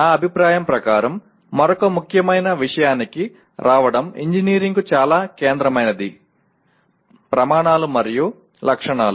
నా అభిప్రాయం ప్రకారం మరొక ముఖ్యమైన విషయానికి రావడం ఇంజనీరింగ్కు చాలా కేంద్రమైనది ప్రమాణాలు మరియు లక్షణాలు